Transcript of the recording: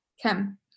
Kim